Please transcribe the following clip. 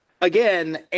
Again